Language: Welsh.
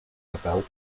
lefel